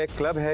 ah club.